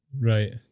right